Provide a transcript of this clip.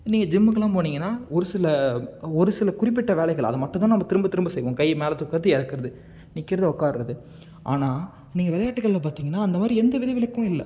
நீங்கள் ஜிம்முக்கெல்லாம் போனிங்கன்னா ஒரு சில ஒரு சில குறிப்பிட்ட வேலைகள் அதை மட்டும் தான் நம்ம திரும்ப திரும்ப செய்வோம் கை மேலே தூக்கிறது இறக்குறது நிற்கிறது உட்கார்றது ஆனால் நீங்கள் விளையாட்டுகள்ல பார்த்திங்கன்னா அந்த மாதிரி எந்த விதி விலக்கும் இல்லை